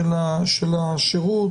של השירות,